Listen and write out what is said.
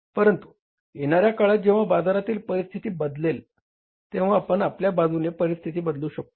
परंतु येणाऱ्या काळात जेंव्हा बाजारातील परिस्थती बदलेल तेंव्हा आपण आपल्या बाजूने परिस्थिती बदलू शकतो